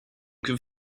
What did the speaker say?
could